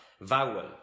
vowel